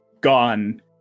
gone